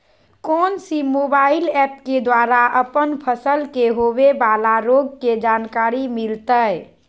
कौन सी mobile app के द्वारा अपन फसल के होबे बाला रोग के जानकारी मिलताय?